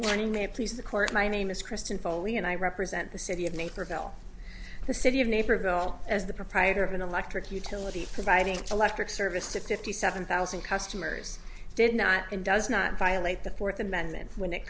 morning may please the court my name is kristen foley and i represent the city of naperville the city of naperville as the proprietor of an electric utility providing electric service to fifty seven thousand customers did not and does not violate the fourth amendment when